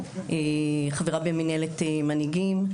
חברה במנהלת מנהיגים.